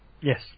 Yes